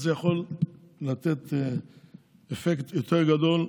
אז זה יכול לתת אפקט יותר גדול.